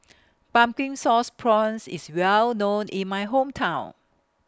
Pumpkin Sauce Prawns IS Well known in My Hometown